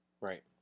Right